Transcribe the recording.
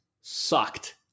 sucked